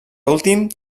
últim